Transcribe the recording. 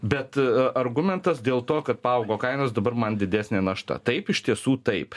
bet argumentas dėl to kad paaugo kainos dabar man didesnė našta taip iš tiesų taip